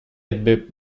ebbe